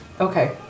Okay